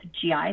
GI